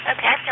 Okay